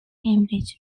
cambridge